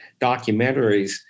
documentaries